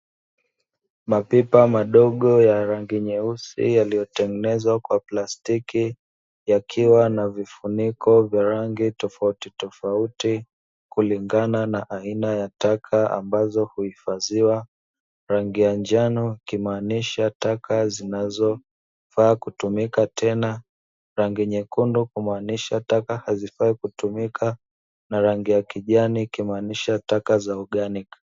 Mapipa madogo ya rangi nyeusi yaliyotengenezwa kwa plastiki, yakiwa na vifuniko vya rangi tofautitofauti kulingana na aina ya taka ambazo huifadhiwa, rangi ya njano ikimaanisha taka zinazofaa kutumika tena, rangi nyekundu kumaanisha taka hazifai kutumika na rangi ya kijani ikimaanisha taka za oganiki.